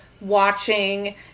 watching